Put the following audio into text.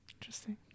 Interesting